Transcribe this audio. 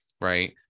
right